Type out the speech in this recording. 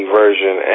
version